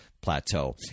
plateau